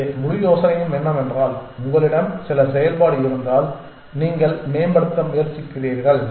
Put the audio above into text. எனவே முழு யோசனையும் என்னவென்றால் உங்களிடம் சில செயல்பாடு இருந்தால் நீங்கள் மேம்படுத்த முயற்சிக்கிறீர்கள்